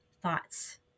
thoughts